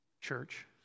church